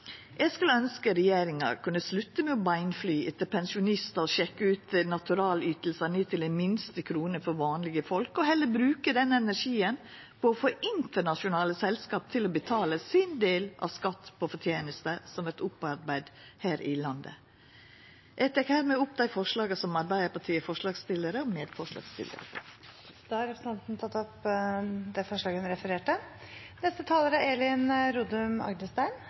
Eg skulle ønskja regjeringa kunne slutta med å beinfly etter pensjonistar og sjekka ut naturalytingane ned til den minste krone for vanlege folk og heller bruka den energien på å få internasjonale selskap til å betala sin del av skatt på forteneste som vert opparbeidd her i landet. Eg tek hermed opp forslaget frå Arbeidarpartiet og Senterpartiet. Representanten Ingrid Heggø har tatt opp det forslaget hun refererte til. Det er